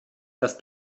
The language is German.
das